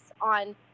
on